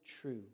true